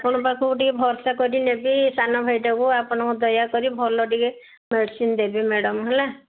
ଆପଣଙ୍କ ପାଖକୁ ଟିକେ ଭରଷା କରି ନେବି ସାନ ଭାଇଟାକୁ ଆପଣ ଦୟାକରି ଭଲ ଟିକେ ମେଡ଼ିସିନ୍ ଦେବେ ମ୍ୟାଡ଼ାମ୍ ହେଲା